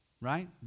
right